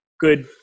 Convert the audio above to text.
Good